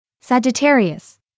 Sagittarius